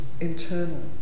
internal